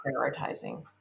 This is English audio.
prioritizing